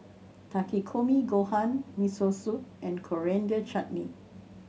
Takikomi Gohan Miso Soup and Coriander Chutney